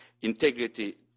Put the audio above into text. integrity